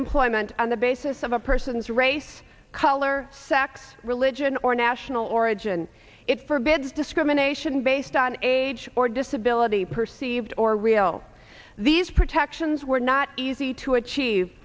employment on the basis of a person's race color sex religion or national origin it forbids discrimination based on age or disability perceived or though these protections were not easy to achieve